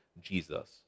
Jesus